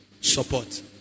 Support